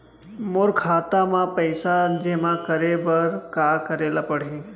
मोर खाता म पइसा जेमा करे बर का करे ल पड़ही?